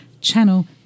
channel